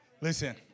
Listen